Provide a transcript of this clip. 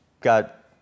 got